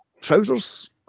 trousers